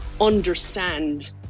understand